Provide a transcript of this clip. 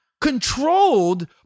controlled